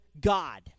God